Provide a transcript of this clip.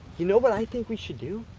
you know what i think we should do?